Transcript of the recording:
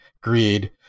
greed